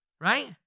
right